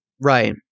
Right